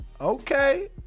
Okay